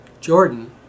Jordan